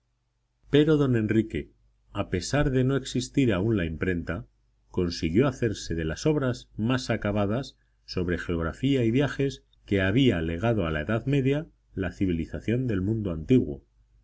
pero don enrique a pesar de no existir aún la imprenta consiguió hacerse de las obras más acabadas sobre geografía y viajes que había legado a la edad media la civilización del mundo antiguo